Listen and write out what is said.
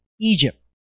Egypt